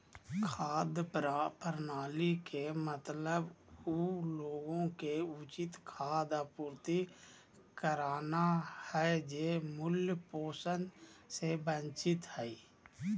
खाद्य प्रणाली के मतलब उ लोग के उचित खाद्य आपूर्ति करना हइ जे मूल पोषण से वंचित हइ